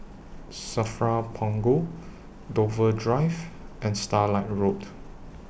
SAFRA Punggol Dover Drive and Starlight Road